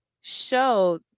show